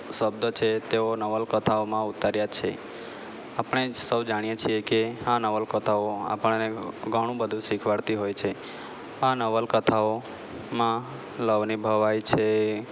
શબ્દ છે તેઓ નવલકથાઓમાં ઉતાર્યા છે આપણે સૌ જાણીએ છીએ કે આ નવલકથાઓ આપણને ઘણું બધું શીખવાડતી હોય છે આ નવલકથાઓમાં ભવની ભવાઇ છે